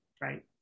Right